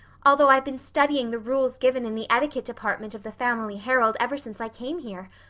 although i've been studying the rules given in the etiquette department of the family herald ever since i came here.